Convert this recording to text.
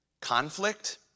Conflict